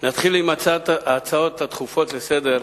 נתחיל עם ההצעות הדחופות לסדר-היום.